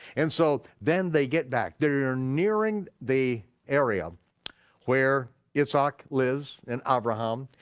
and so then they get back, they are nearing the area where yitzhak lives, and abraham,